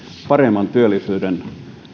paremman työllisyyden